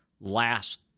last